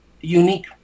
unique